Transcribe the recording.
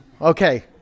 okay